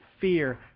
fear